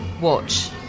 watch